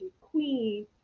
queen